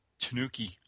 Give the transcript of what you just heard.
Tanuki